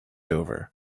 over